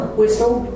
whistle